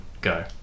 go